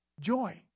joy